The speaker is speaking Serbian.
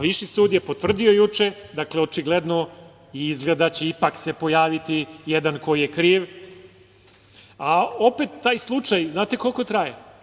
Viši sud je potvrdio juče, dakle očigledno izgleda da će ipak se pojaviti jedan koji je kriv, a opet taj slučaj znate li koliko traje?